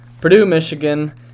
Purdue-Michigan